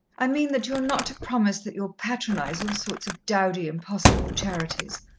i mean that you are not to promise that you'll patronize all sorts of dowdy, impossible charities.